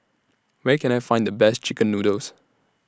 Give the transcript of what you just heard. Where Can I Find The Best Chicken Noodles